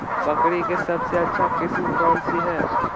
बकरी के सबसे अच्छा किस्म कौन सी है?